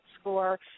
score